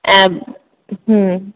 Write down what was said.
ऐं हम्म